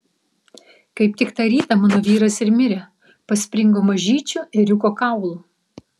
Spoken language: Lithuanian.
kaip tik tą rytą mano vyras ir mirė paspringo mažyčiu ėriuko kaulu